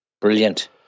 Brilliant